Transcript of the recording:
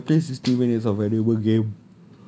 ya he can play sixty minutes of valuable game